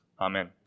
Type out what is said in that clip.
Amen